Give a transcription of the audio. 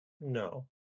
No